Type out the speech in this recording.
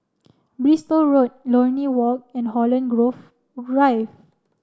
Bristol Road Lornie Walk and Holland Grove Rive